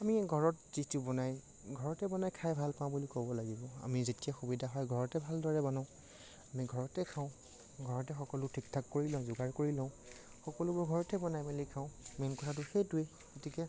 আমি ঘৰত যিটো বনায় ঘৰতে বনাই খাই ভাল পাওঁ বুলি ক'ব লাগিব আমি যেতিয়া সুবিধা হয় ঘৰতে ভালদৰে বনাওঁ আমি ঘৰতে খাওঁ ঘৰতে সকলো ঠিক ঠাক কৰি লওঁ যোগাৰ কৰি লওঁ সকলোবোৰ ঘৰতে বনাই মেলি খাওঁ মেইন কথাটো সেইটোৱে গতিকে